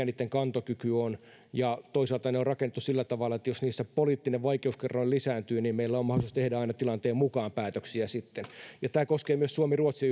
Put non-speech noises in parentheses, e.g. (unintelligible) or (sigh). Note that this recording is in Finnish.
(unintelligible) niitten kantokyky on ja toisaalta ne on rakennettu sillä tavalla että jos niissä poliittinen vaikeuskerroin lisääntyy niin meillä on mahdollisuus tehdä aina tilanteen mukaan päätöksiä sitten tämä koskee myös suomi ruotsi (unintelligible)